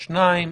שניים.